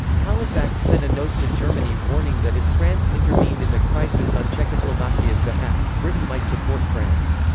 halifax sent a note to germany warning that if france intervened in the crisis on czechoslovakia's behalf, britain might support france.